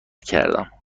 کردم